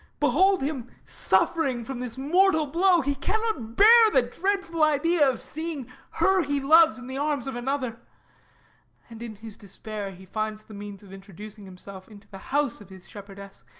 behold him suffering from this mortal blow he cannot bear the dreadful idea of seeing her he loves in the arms of another and in his despair he finds the means of introducing himself into the house of his shepherdess,